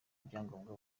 byangombwa